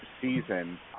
season